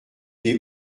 des